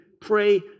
pray